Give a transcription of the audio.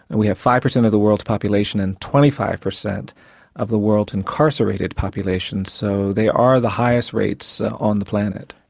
and we have five per cent of the world's population and twenty five per cent of the world's incarcerated population, so they are the highest rates on the planet.